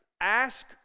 ask